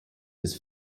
his